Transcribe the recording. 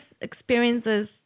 experiences